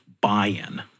buy-in